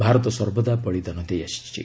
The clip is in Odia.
ଭାରତ ସର୍ବଦା ବଳିଦାନ ଦେଇଆସିଛି